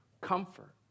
comfort